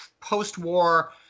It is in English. post-war